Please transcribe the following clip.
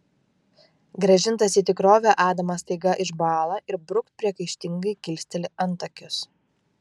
grąžintas į tikrovę adamas staiga išbąla ir bruk priekaištingai kilsteli antakius